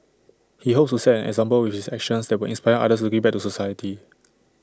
he hopes to set an example with his actions that will inspire others to give back to the society